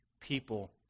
people